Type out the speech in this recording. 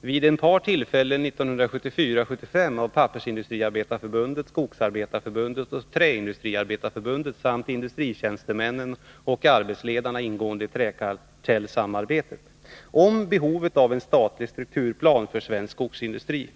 vid ett par tillfällen 1974-1975 av Pappersindustriarbetareförbundet, Skogsarbetareförbundet och Träindustriarbetareförbundet samt industritjänstemän och arbetsledare ingående i träkartellsamarbetet om behovet av en statlig strukturplan för svensk skogsindustri.